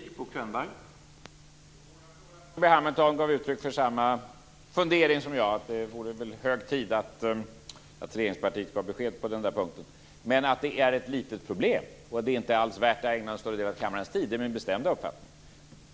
Herr talman! Jag tror att Carl B Hamilton gav uttryck för samma fundering som jag, alltså att det är hög tid att regeringspartiet ger besked på den här punkten. Men det är min bestämda uppfattning att det här är ett litet problem och att det inte alls är värt att ägna en större del kammarens tid åt detta.